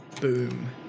Boom